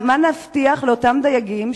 מה נבטיח לאותם דייגים,